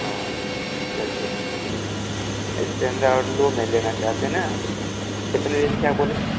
हाँ चलिए ठीक है एस्टैंडर्ड लो में लेना चाहते हैं ना कितने रेन्ज का बोलें